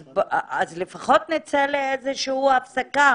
אז לפחות נצא להפסקה